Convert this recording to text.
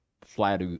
flat